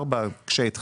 ארבע שנים,